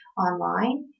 online